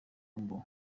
ngo